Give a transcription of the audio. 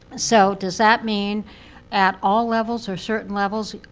so does that mean at all levels, or certain levels,